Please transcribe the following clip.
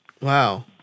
Wow